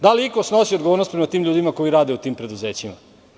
Da li iko snosi odgovornost prema tim ljudima koji rade u tim preduzećima?